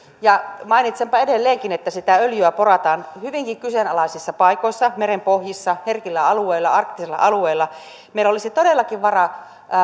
ja mainitsenpa edelleenkin että sitä öljyä porataan hyvinkin kyseenalaisissa paikoissa merenpohjissa herkillä alueilla arktisilla alueilla meillä olisi todellakin varaa